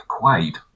Quaid